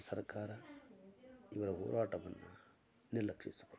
ಸರ್ಕಾರ ಇವರ ಹೋರಾಟವನ್ನು ನಿರ್ಲಕ್ಷಿಸುವುದು